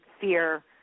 fear